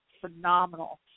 phenomenal